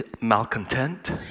Malcontent